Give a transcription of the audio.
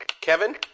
Kevin